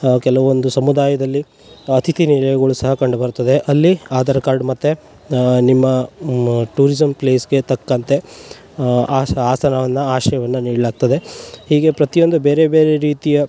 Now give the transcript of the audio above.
ಕೆಲವೊಂದು ಸಮುದಾಯದಲ್ಲಿ ಅತಿಥಿ ನಿಲಯಗಳು ಸಹ ಕಂಡುಬರುತ್ತದೆ ಅಲ್ಲಿ ಆಧಾರ್ ಕಾರ್ಡ್ ಮತ್ತು ನಿಮ್ಮ ಟೂರಿಸಮ್ ಪ್ಲೇಸ್ಗೆ ತಕ್ಕಂತೆ ಆಸ ಆಸನವನ್ನ ಆಶ್ರಯವನ್ನ ನೀಡ್ಲಾಗ್ತದೆ ಹೀಗೆ ಪ್ರತಿಯೊಂದು ಬೇರೆ ಬೇರೆ ರೀತಿಯ